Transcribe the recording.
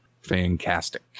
Fantastic